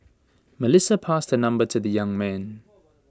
Melissa passed her number to the young man